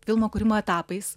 filmo kūrimo etapais